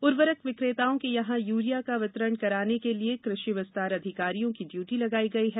उर्वरक विकेताओं के यहां यूरिया का वितरण कराने के लिए कृषि विस्तार अधिकारियों की ड्यूटी लगाई गई है